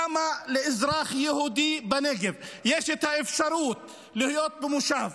למה לאזרח יהודי בנגב יש את האפשרות להיות במושב,